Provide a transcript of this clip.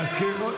אנחנו נקים.